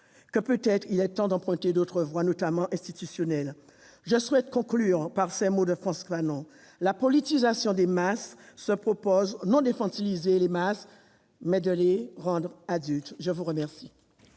est peut-être temps d'emprunter d'autres voies, notamment institutionnelles. Je souhaite conclure par ces mots de Frantz Fanon :« La politisation des masses se propose non d'infantiliser les masses mais de les rendre adultes. » La parole